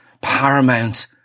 paramount